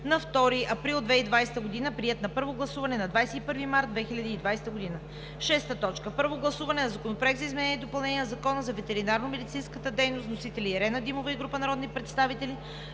на 2 април 2020 г., приет на първо гласуване на 21 май 2020 г. 6. Първо гласуване на Законопроекта за изменение и допълнение на Закона за ветеринарномедицинската дейност. Вносители: Ирена Димова и група народни представители